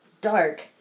dark